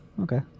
okay